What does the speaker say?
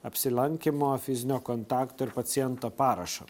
apsilankymo fizinio kontakto ir paciento parašo